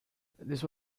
this